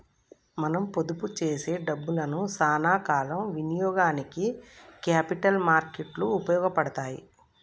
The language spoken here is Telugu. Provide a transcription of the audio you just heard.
మనం పొదుపు చేసే డబ్బులను సానా కాల ఇనియోగానికి క్యాపిటల్ మార్కెట్ లు ఉపయోగపడతాయి